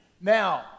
Now